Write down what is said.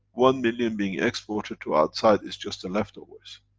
one million being exported to outside it's just the leftovers,